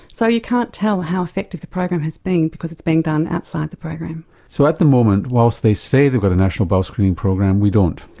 so you can't tell how effective the program has been because it's been done outside the program. so at the moment, whilst they say they've got a national bowel screening program, we don't.